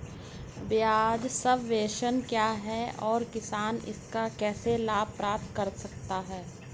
ब्याज सबवेंशन क्या है और किसान इसका लाभ कैसे प्राप्त कर सकता है?